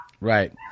right